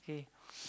okay